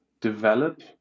develop